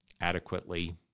adequately